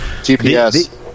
GPS